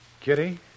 Kitty